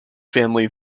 family